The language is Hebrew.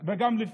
וגם לפני.